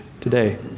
today